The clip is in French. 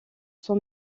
son